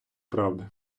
правди